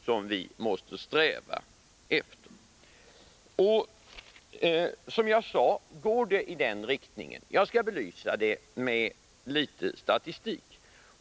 Som jag sade går utvecklingen i denna riktning. Jag skall belysa det med litet statistik.